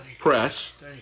press